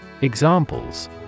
Examples